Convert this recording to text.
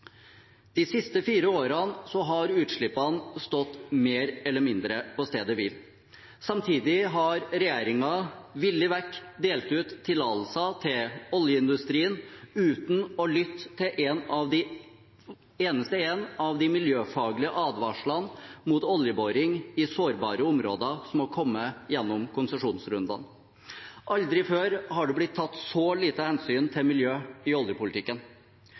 De siste fire årene har utslippene stått mer eller mindre på stedet hvil. Samtidig har regjeringen villig vekk delt ut tillatelser til oljeindustrien uten å lytte til en eneste av de miljøfaglige advarslene mot oljeboring i sårbare områder som har kommet gjennom konsesjonsrundene. Aldri før har det blitt tatt så lite hensyn til miljø i oljepolitikken.